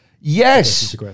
Yes